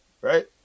Right